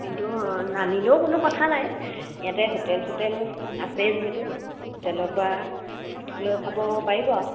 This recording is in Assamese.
কিন্তু নানিলেও কোনো কথা নাই ইয়াতে হোটেল চোটেল আছে যিহেতু হোটেলৰ পৰা লৈ খাব পাৰিব আৰু